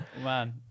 Man